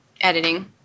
editing